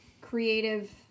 creative